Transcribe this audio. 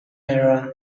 era